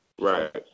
Right